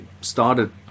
started